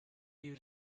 you